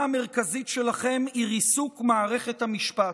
המרכזית שלכם היא ריסוק מערכת המשפט.